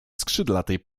skrzydlatej